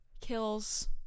kills